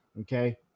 okay